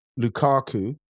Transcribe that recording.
Lukaku